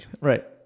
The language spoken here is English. Right